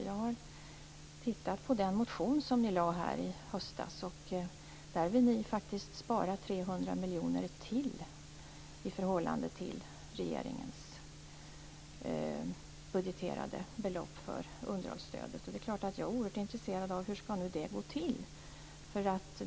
Jag har tittat på den motion som ni väckte i höstas, och där vill ni spara 300 miljoner till i förhållande till regeringens budgeterade belopp för underhållsstödet. Jag är självfallet oerhört intresserad av att få veta hur det skall gå till.